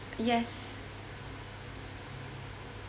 yes